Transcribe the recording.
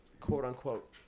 quote-unquote